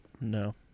No